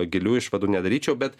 gilių išvadų nedaryčiau bet